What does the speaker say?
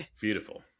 Beautiful